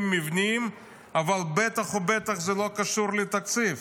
מבניים אבל בטח ובטח זה לא קשור לתקציב.